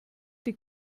die